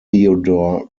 theodore